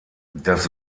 das